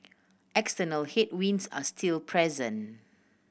external headwinds are still present